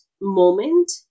moment